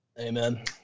Amen